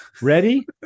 ready